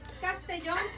Castellón